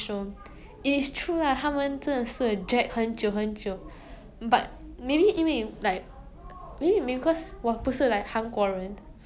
soju soju yeah but then like 这边 like 你回家 right 你工作回家 like 你不会去 like 外面 like 喝这种